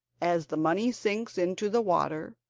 as the money sinks into the water,